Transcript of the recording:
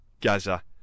Gaza